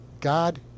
God